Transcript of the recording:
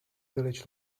village